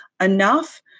enough